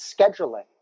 scheduling